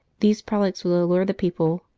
these frolics would allure the people,